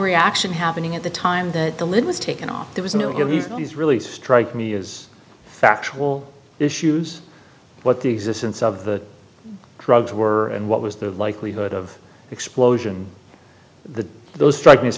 reaction happening at the time that the lid was taken off there was no these really strike me as factual issues what the existence of the drugs were and what was the likelihood of explosion the those strikes me